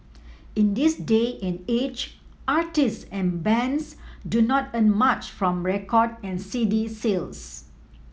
in this day and age artists and bands do not earn much from record and C D sales